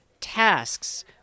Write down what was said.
tasks